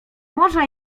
morza